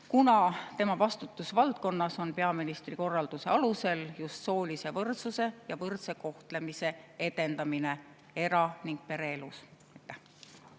kuna tema vastutusvaldkonnas on peaministri korralduse alusel ka soolise võrdsuse ja võrdse kohtlemise edendamine era- ning pereelus.